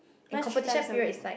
mine is three times a week